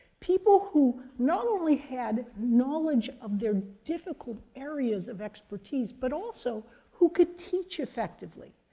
people who not only had knowledge of their difficult areas of expertise, but also who could teach effectively.